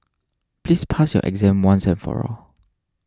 please pass your exam once and for all